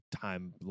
time